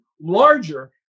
larger